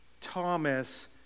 Thomas